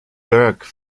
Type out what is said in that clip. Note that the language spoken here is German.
burke